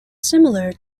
similar